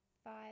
five